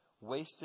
wasted